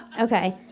Okay